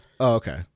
okay